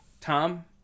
tom